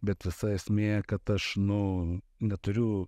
bet visa esmė kad aš nu neturiu